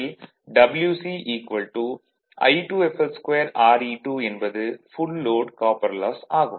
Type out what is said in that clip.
Re2 என்பது full load copper loss ஆகும்